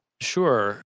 sure